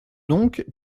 donc